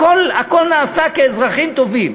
הכול עשו כאזרחים טובים.